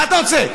מה אתה רוצה,